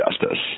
justice